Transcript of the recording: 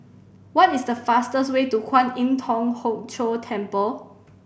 what is the fastest way to Kwan Im Thong Hood Cho Temple